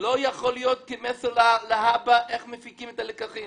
לא יכול להיות כמסר להבא של הפקת לקחים.